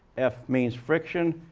f means friction,